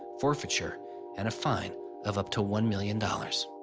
forefeiture and a fine of upto one million dollars